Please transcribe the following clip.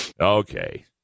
Okay